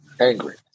Angry